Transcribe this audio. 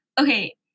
Okay